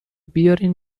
بیارین